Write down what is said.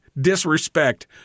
disrespect